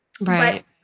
right